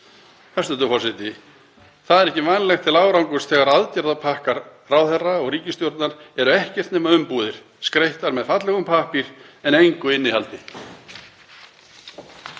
Það er ekki vænlegt til árangurs þegar aðgerðapakkar ráðherra og ríkisstjórnar eru ekkert nema umbúðir, skreyttar með fallegum pappír en engu innihaldi.